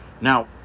now